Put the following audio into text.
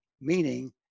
meaning